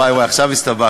וואי, וואי, עכשיו הסתבכתי.